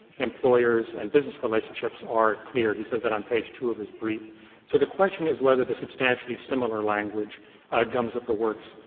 employers, and business relationships are clear. he says that on page two of his brief. so the question is whether the substantially similar language gums up the works,